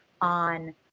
on